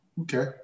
Okay